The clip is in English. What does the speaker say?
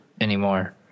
anymore